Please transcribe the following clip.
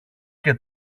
και